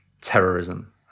terrorism